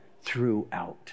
throughout